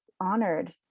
honored